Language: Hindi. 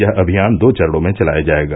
यह अभियान दो चरणों में चलाया जायेगा